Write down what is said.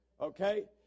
Okay